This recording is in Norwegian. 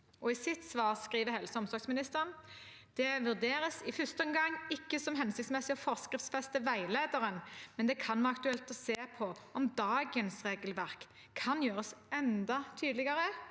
I sitt svar skriver helse- og omsorgsministeren: «Det vurderes i første omgang ikke som hensiktsmessig å forskriftsfeste veilederen, men det kan være aktuelt å se på om dagens regelverk kan gjøres enda tydeligere